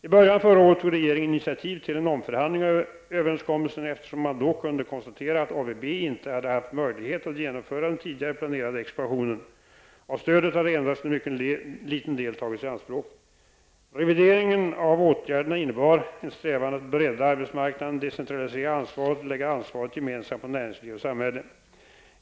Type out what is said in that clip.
I början av förra året tog regeringen initiativ till en omförhandling av överenskommelsen, eftersom man då kunde konstatera att ABB inte hade haft möjlighet att genomföra den tidigare planerade expansionen. Av stödet hade endast en mycket liten del tagits i anspråk. Revideringen av åtgärderna innebar en strävan att bredda arbetsmarknaden, decentralisera ansvaret och lägga ansvaret gemensamt på näringsliv och samhälle.